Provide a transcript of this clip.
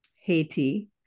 Haiti